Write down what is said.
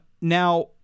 Now